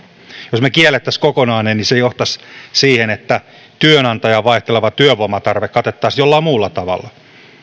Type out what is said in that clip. jos me kieltäisimme kokonaan ne se johtaisi siihen että työnantajan vaihteleva työvoimatarve katettaisiin jollain muulla tavalla